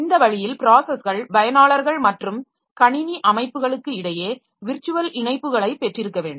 இந்த வழியில் ப்ராஸஸ்கள் பயனாளர்கள் மற்றும் கணினி அமைப்புகளுக்கு இடையே விர்ச்சுவல் இணைப்புகளைப் பெற்றிருக்க வேண்டும்